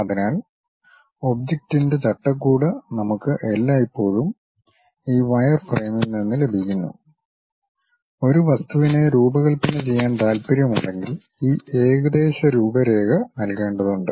അതിനാൽ ഒബ്ജക്റ്റിന്റെ ചട്ടക്കൂട് നമുക്ക് എല്ലായ്പ്പോഴും ഈ വയർഫ്രെയിമിൽ നിന്ന് ലഭിക്കുന്നു ഒരു വസ്തുവിനെ രൂപകൽപ്പന ചെയ്യാൻ താൽപ്പര്യമുണ്ടെങ്കിൽ ഈ ഏകദേശ രൂപ രേഖ നൽകേണ്ടതുണ്ട്